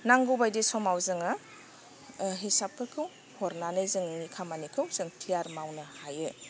नांगौ बायदि समाव जोङो हिसाबफोरखौ हरनानै जोंनि खामानिखौ जों थियार मावनो हायो